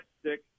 stick